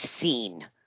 seen